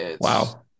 wow